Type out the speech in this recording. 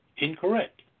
incorrect